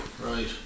Right